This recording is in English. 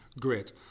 great